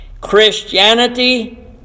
Christianity